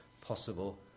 possible